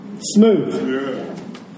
smooth